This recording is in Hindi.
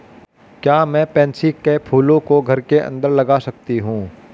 क्या मैं पैंसी कै फूलों को घर के अंदर लगा सकती हूं?